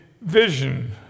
vision